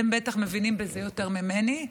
אתם בטח מבינים בזה יותר ממני.